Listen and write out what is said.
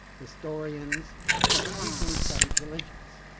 historians and people who studied religions.